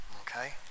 Okay